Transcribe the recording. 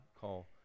call